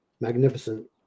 magnificent